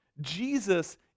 Jesus